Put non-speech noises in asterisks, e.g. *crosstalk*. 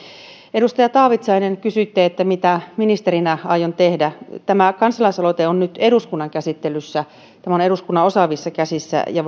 edustaja taavitsainen kysyitte mitä ministerinä aion tehdä tämä kansalaisaloite on nyt eduskunnan käsittelyssä eduskunnan osaavissa käsissä ja *unintelligible*